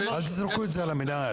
אל תזרקו את זה על המינהל.